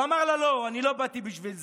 הוא אמר לה: לא, אני לא באתי בשביל זה.